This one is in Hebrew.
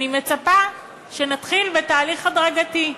אני מצפה שנתחיל בתהליך הדרגתי: